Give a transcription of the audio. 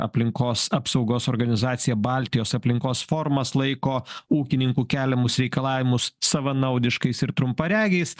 aplinkos apsaugos organizacija baltijos aplinkos forumas laiko ūkininkų keliamus reikalavimus savanaudiškais ir trumparegiais